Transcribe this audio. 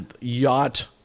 yacht